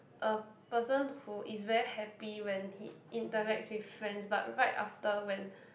a person who is very happy when he interacts with friends but right after when